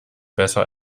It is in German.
besser